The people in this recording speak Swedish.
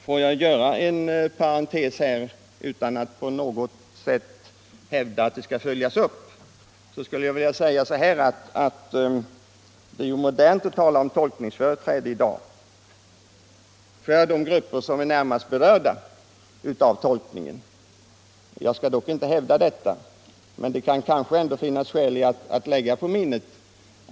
Låt mig i detta sammanhang parentetiskt säga följande, utan att i sammanhanget hävda att det numera är inne att tala om tolkningsföreträde för den part som är närmast berörd för sin utkomst av avtalets innebörd. Det kan dock finnas skäl att lägga det på minnet.